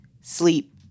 sleep